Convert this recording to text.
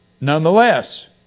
Nonetheless